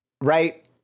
Right